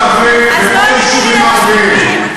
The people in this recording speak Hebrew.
ואם תעברי בכל היישובים הערביים,